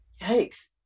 Yikes